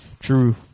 True